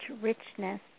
richness